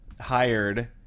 hired